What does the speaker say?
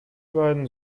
beiden